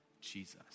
Jesus